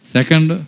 Second